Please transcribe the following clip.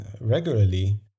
regularly